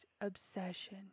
obsession